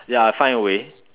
ya I'll find a way